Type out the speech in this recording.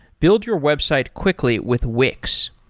build your website quickly with wix.